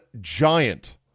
giant